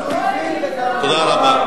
הוא הבהיר מצוין.